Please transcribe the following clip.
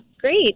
great